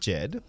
Jed